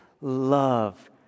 love